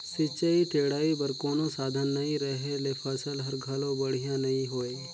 सिंचई टेड़ई बर कोनो साधन नई रहें ले फसल हर घलो बड़िहा नई होय